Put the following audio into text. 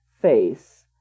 face